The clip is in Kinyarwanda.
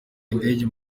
indege